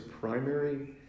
primary